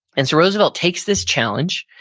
and so roosevelt takes this challenge,